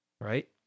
right